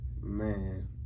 Man